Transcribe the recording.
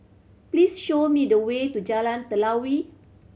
please show me the way to Jalan Telawi